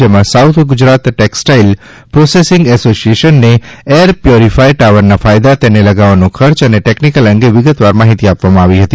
જેમાં south Gujarat textile processing એસોશિએશનને air purifier ટાવરના ફાયદા તેને લગાવવાનો ખર્ચ અને ટેકનીક અંગે વિગતવાર માહિતી આપવામાં આવી હતી